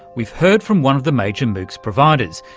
we've heard from one of the major moocs providers,